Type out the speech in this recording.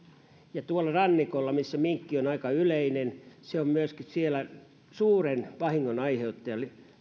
tuolla rannikolla missä minkki on aika yleinen se on myöskin suuren vahingon aiheuttaja